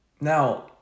Now